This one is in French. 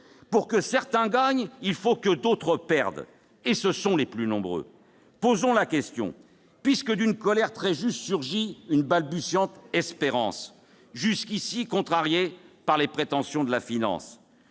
Pour que certains gagnent, il faut que d'autres perdent, et ce sont les plus nombreux. D'une colère très juste surgit une balbutiante espérance, jusqu'ici contrariée par les prétentions de la finance.